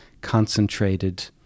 concentrated